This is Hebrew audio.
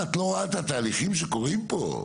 מה, את לא רואה את התהליכים שקורים פה?